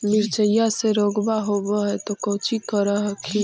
मिर्चया मे रोग्बा होब है तो कौची कर हखिन?